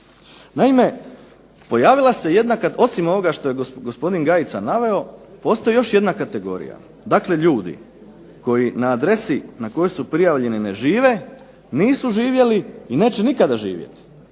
Naime, pojavila se, osim ovoga što je gospodin Gajica naveo postoji još jedna kategorija. Dakle ljudi koji na adresi na kojoj su prijavljeni ne žive, nisu živjeli i neće nikada živjeti.